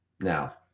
Now